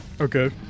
okay